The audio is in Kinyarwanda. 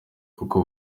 kuko